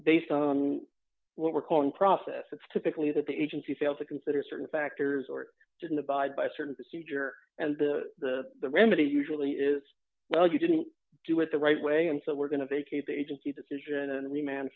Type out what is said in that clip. based on what we're calling process it's typically that the agency failed to consider certain factors or didn't abide by certain procedure and the remedy usually is well you didn't do it the right way and so we're going to vacate the agency's decision and reman